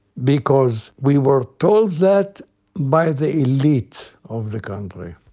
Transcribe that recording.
because we were told that by the elite of the country,